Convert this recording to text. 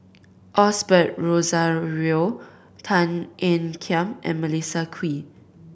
Osbert Rozario Tan Ean Kiam and Melissa Kwee